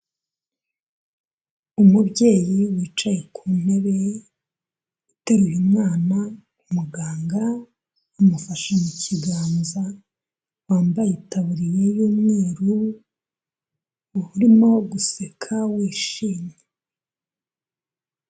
Umubyeyi wicaye ku ntebe, uteruye umwana, muganga amufashe mu kiganza, wambaye itaburiya y'umweru, urimo guseka, wishimye.